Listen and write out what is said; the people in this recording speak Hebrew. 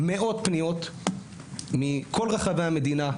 הגיעו אלינו מאות פניות מכל רחבי המדינה,